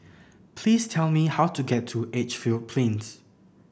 please tell me how to get to Edgefield Plains